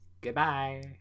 Goodbye